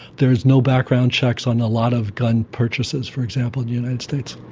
there is no background checks on a lot of gun purchases, for example, in the united states.